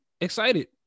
excited